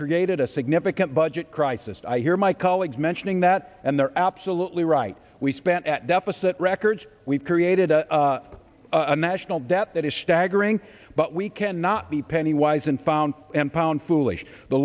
created a significant budget crisis i hear my colleagues mentioning that and their absolute we write we spent at deficit records we've created a national debt that is staggering but we cannot be penny wise and pound and pound foolish the